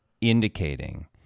indicating